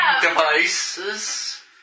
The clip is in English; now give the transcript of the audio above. devices